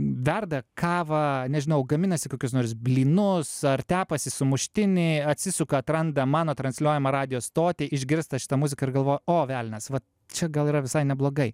verda kavą nežinau gaminasi kokius nors blynus ar tepasi sumuštinį atsisuka atranda mano transliuojamą radijo stotį išgirsta šitą muziką ir galvoja o velnias va čia gal yra visai neblogai